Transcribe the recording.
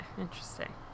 Interesting